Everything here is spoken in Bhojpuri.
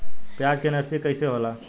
प्याज के नर्सरी कइसे होला?